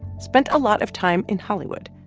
spent a lot of time in hollywood,